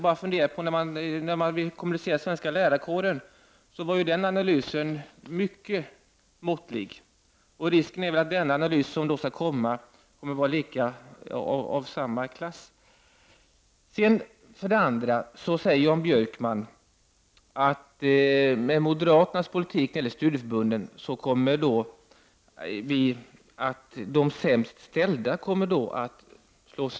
En analys som gjordes av den svenska lärarkåren var ju mycket måttlig. Risken är att den analys som nu kommer att göras blir av samma klass. Sedan säger Jan Bjökman att de sämst ställda kommer att slås ut med moderaternas politik i fråga om studieförbunden.